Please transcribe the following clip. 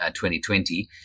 2020